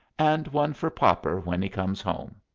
and one for popper when he comes home.